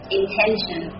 intention